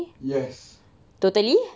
yes